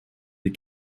des